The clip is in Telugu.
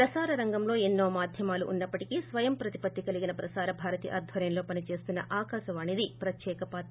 ప్రసార రంగంలో ఎన్నో మధ్యమాలు ఉన్నప్పటికీ స్పయం ప్రతిపత్తి కలిగిన ప్రసారభారతి ఆధ్వర్యంలో పని చేస్తున్న ఆకాశవాణిది ప్రత్యేక పాత్ర